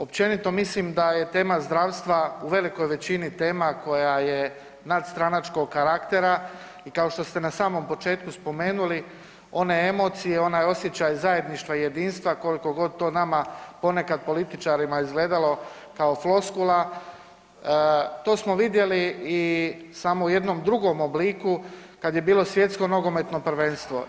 Općenito mislim da je tema zdravstva u veliko većini tema koja je nadstranačkog karaktera i kao što ste na samom početku spomenuli one emocije, onaj osjećaj zajedništva jedinstva koliko god to nama ponekad političarima izgledalo kao floskula to smo vidjeli samo u jednom drugom obliku kada je bilo Svjetsko nogometno prvenstvo.